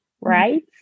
right